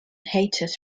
hiatus